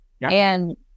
And-